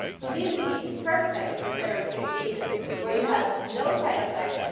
so these would be perfect for therapeutic agents where you have no side effects,